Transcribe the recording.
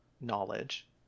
knowledge